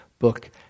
book